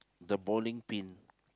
the bowling pin